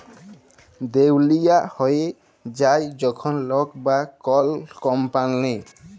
দেউলিয়া হঁয়ে যায় যখল লক বা কল কম্পালি